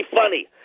funny